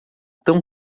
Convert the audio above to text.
tão